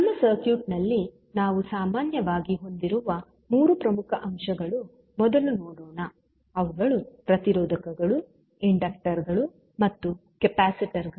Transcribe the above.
ನಮ್ಮ ಸರ್ಕ್ಯೂಟ್ನ ಲ್ಲಿ ನಾವು ಸಾಮಾನ್ಯವಾಗಿ ಹೊಂದಿರುವ ಮೂರು ಪ್ರಮುಖ ಅಂಶಗಳನ್ನು ಮೊದಲು ನೋಡೋಣ ಅವುಗಳು ಪ್ರತಿರೋಧಕಗಳು ಇಂಡಕ್ಟರ್ ಗಳು ಮತ್ತು ಕೆಪಾಸಿಟರ್ ಗಳು